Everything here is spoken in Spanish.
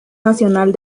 nacional